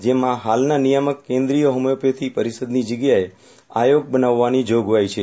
જેમાં હાલના નિયામક કેન્દ્રીય હોમિયોપેથી પરિષદની જગ્યાએ આયોગ બનાવવાની જોગવાઈ છે